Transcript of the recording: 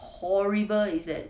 horrible is that